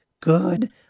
good